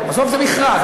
בסוף זה מכרז.